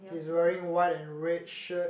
he's wearing white and red shirt